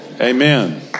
Amen